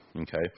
okay